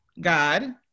God